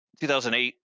2008